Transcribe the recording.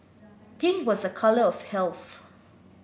pink was a colour of health